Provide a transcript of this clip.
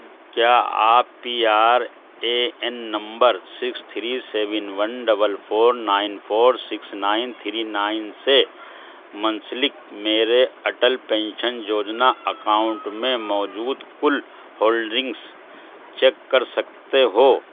کیا آپ P R A N number six three seven one double four nine four six nine three nine سے منسلک میرے Atal pension Yojana account میں موجود کل ہولڈنگس چیک کر سکتے ہو